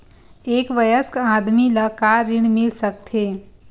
एक वयस्क आदमी ला का ऋण मिल सकथे?